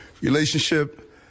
relationship